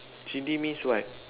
chili means what